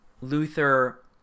Luther